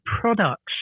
products